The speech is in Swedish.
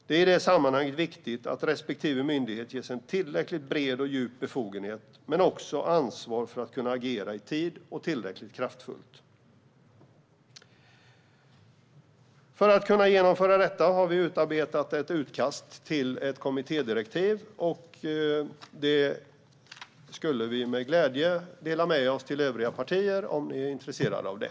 Det är i det sammanhanget viktigt att respektive myndighet ges en tillräckligt bred och djup befogenhet, men också ansvar för att kunna agera i tid och tillräckligt kraftfullt. För att kunna genomföra detta har vi utarbetat ett utkast till ett kommittédirektiv. Det delar vi med glädje med oss till er i övriga partier om ni är intresserade av det.